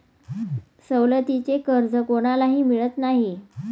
सवलतीचे कर्ज कोणालाही मिळत नाही